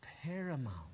paramount